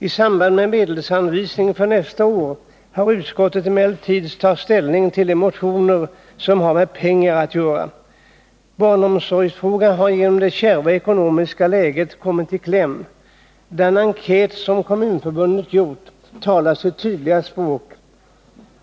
I samband med medelsanvisningen för nästa år har utskottet emellertid tagit ställning till de motioner som har med pengar att göra. Barnomsorgsfrågan har genom det kärva ekonomiska läget kommit i kläm. Den enkät som Kommunförbundet gjort talar sitt tydliga språk.